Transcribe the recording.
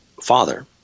father